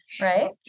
right